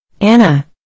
Anna